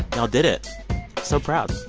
y'all did it so proud.